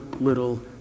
little